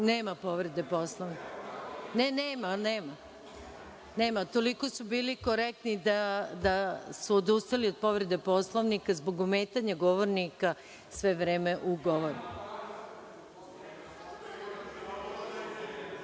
povrede Poslovnika. Ne, nema. Toliko su bili korektni da su odustali od povrede Poslovnika zbog ometanja govornika sve vreme u govoru.(Saša